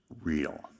real